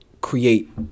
create